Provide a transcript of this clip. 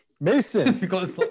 Mason